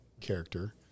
character